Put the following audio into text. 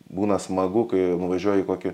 būna smagu kai nuvažiuoji į kokį